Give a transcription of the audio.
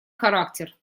характер